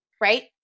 right